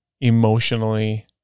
emotionally